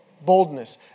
Boldness